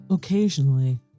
Occasionally